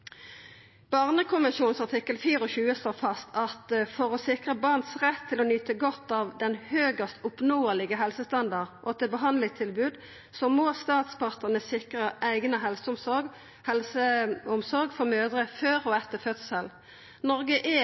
Artikkel 24 i barnekonvensjonen slår fast at for å sikra barns «rett til å nyte godt av den høyest oppnåelige helsestandard og til behandlingstilbud» må statspartane «sikre egnet helseomsorg for mødre før og etter fødselen». Noreg er